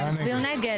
הם הצביעו נגד.